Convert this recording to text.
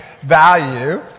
value